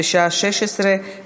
בשעה 16:00.